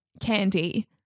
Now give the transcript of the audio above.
candy